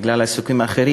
בגלל עיסוקים אחרים.